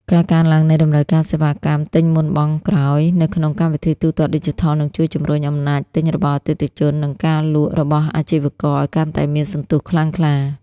ការកើនឡើងនៃតម្រូវការសេវាកម្មទិញមុនបង់ក្រោយ នៅក្នុងកម្មវិធីទូទាត់ឌីជីថល នឹងជួយជម្រុញអំណាចទិញរបស់អតិថិជន និងការលក់របស់អាជីវករឱ្យកាន់តែមានសន្ទុះខ្លាំងក្លា។